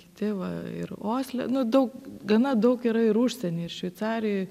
kiti va ir osle daug gana daug yra ir užsieny ir šveicarijoj